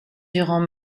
durant